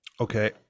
okay